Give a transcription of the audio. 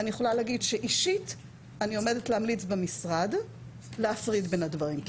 ואני יכולה להגיד שאישית אני עומדת להמליץ במשרד להפריד בין הדברים.